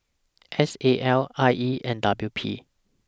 S A L I E and W P